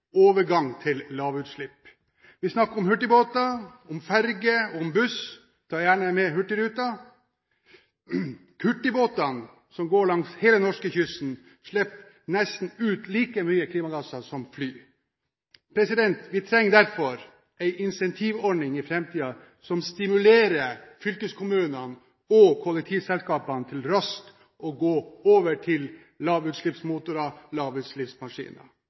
overgang til lavutslipp. Vi snakker om hurtigbåter, ferger og buss – og ta gjerne med Hurtigruten. Hurtigbåtene som går langs hele Norskekysten, slipper ut nesten like mye klimagasser som fly. Vi trenger derfor i framtiden en incentivordning som stimulerer fylkeskommunene og kollektivselskapene til raskt å gå over til lavutslippsmotorer